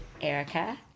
Erica